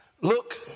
look